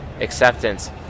acceptance